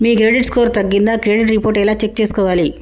మీ credit score తగ్గిందా credit report ఎలా check చేసుకోవాలి?